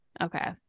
okay